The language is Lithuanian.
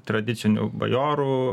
tradicinių bajorų